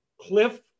Cliff